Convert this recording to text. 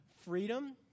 freedom